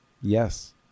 Yes